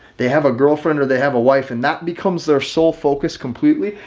they have a girlfriend or they have a wife. and that becomes their sole focus completely.